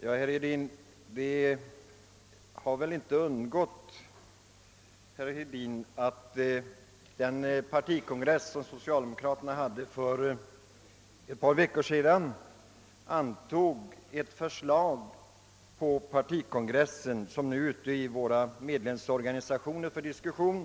Ja, det har väl inte undgått herr Hedin att den extra partikongress, som socialdemokraterna höll för ett par veckor sedan, antog ett förslag i detta syfte, som nu har sänts ut till våra medlemsorganisationer för diskussion.